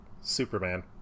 superman